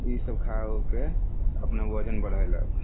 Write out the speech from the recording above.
ईसब खा उके अपना वजन बढ़ैलक